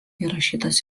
įrašytas